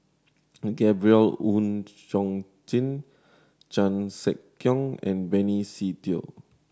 Gabriel Oon Chong Jin Chan Sek Keong and Benny Se Teo